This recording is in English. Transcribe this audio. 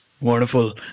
wonderful